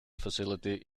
facility